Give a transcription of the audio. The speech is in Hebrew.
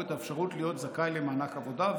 את האפשרות להיות זכאי למענק עבודה,